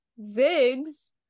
Ziggs